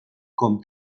com